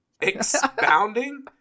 Expounding